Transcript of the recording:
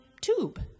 tube